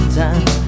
time